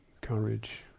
courage